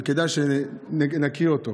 וכדאי שנכיר אותו.